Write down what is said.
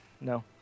no